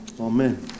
Amen